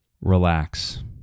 Relax